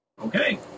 Okay